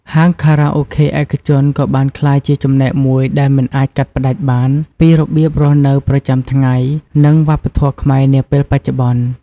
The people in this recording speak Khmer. ហាងខារ៉ាអូខេឯកជនក៏បានក្លាយជាចំណែកមួយដែលមិនអាចកាត់ផ្តាច់បានពីរបៀបរស់នៅប្រចាំថ្ងៃ និងវប្បធម៌ខ្មែរនាពេលបច្ចុប្បន្ន។